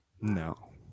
No